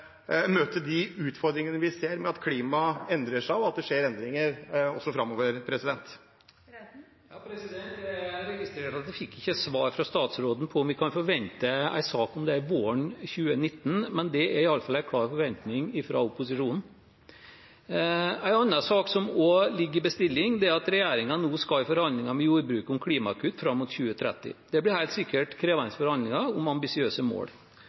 de utfordringene vi ser med at klimaet endrer seg, og at det skjer endringer også framover. Det blir oppfølgingsspørsmål – først Steinar Reiten. Jeg registrerte at jeg ikke fikk svar fra statsråden på om vi kan forvente en sak om dette våren 2019 – det er iallfall en klar forventning fra opposisjonen. En annen sak som også ligger i bestilling, handler om at regjeringen nå skal i forhandlinger med jordbruket om klimakutt fram mot 2030. Det blir helt sikkert krevende forhandlinger om ambisiøse mål.